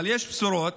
אבל יש בשורות,